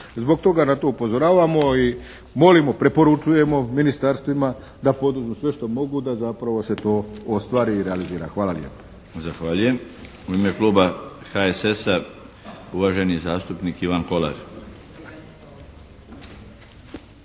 Zbog toga na to upozoravamo i molimo, preporučujemo ministarstvima da poduzmu sve što mogu da zapravo se to ostvari i realizira. Hvala lijepa. **Milinović, Darko (HDZ)** Zahvaljujem. U ime Kluba HSS-a, uvaženi zastupnik Ivan Kolar.